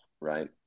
right